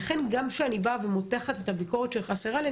לכן גם כשאני מותחת את הביקורת של מה חסר לי,